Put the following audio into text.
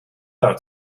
out